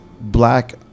black